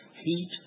heat